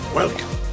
welcome